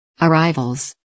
Arrivals